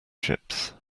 ships